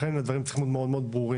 לכן הדברים צריכים להיות מאוד מאוד ברורים.